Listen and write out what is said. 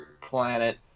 planet